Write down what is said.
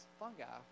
fungi